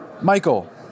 Michael